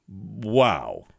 Wow